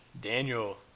Daniel